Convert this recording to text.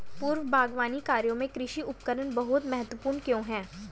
पूर्व बागवानी कार्यों में कृषि उपकरण बहुत महत्वपूर्ण क्यों है?